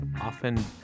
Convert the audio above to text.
often